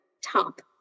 top